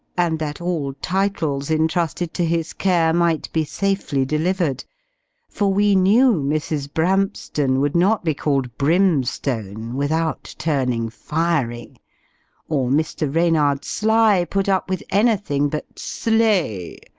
and that all titles entrusted to his care might be safely delivered for we knew mrs. bramston would not be called brimstone, without turning fiery or mr. reynard sly put up with anything but slee,